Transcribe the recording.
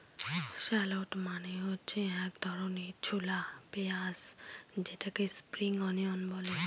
shallot মানে হচ্ছে এক ধরনের ছোলা পেঁয়াজ যেটাকে স্প্রিং অনিয়ন বলে